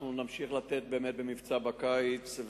אנחנו נמשיך במבצע בקיץ.